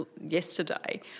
yesterday